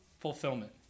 fulfillment